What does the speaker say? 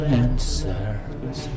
answers